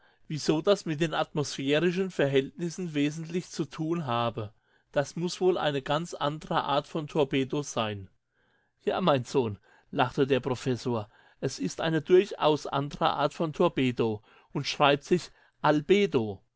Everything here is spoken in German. wieso das mit den atmosphärischen verhältnissen wesentlich zu tun habe das muß wohl eine ganz andre art von torpedo sein ja mein sohn lachte der professor es ist eine durchaus andre art von torpedo und schreibt sich albedo